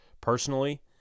personally